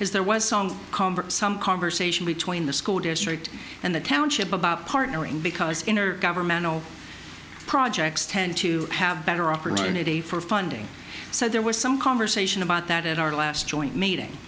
is there was some convert some conversation between the school district and the township about partnering because governmental projects tend to have better opportunity for funding so there was some conversation about that at our last joint meeting